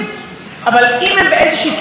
ובואו נסבך את המיזוג הזה.